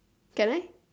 can I